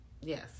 yes